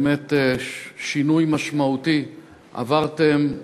באמת שינוי משמעותי עברתם,